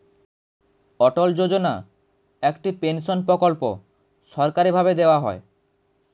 অটল যোজনা একটি পেনশন প্রকল্প সরকারি ভাবে দেওয়া হয়